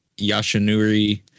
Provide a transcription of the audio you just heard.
Yashinuri